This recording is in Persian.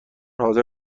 حاضر